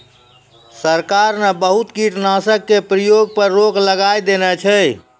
सरकार न बहुत कीटनाशक के प्रयोग पर रोक लगाय देने छै